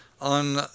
On